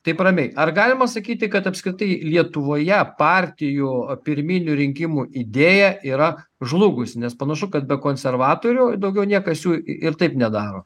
taip ramiai ar galima sakyti kad apskritai lietuvoje partijų pirminių rinkimų idėja yra žlugus nes panašu kad be konservatorių daugiau niekas jų ir taip nedaro